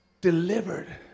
delivered